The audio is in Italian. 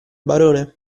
barone